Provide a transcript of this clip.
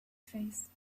face